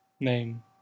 Name